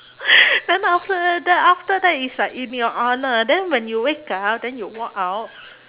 then after then after that it's like in your honour then when you wake up then you walk out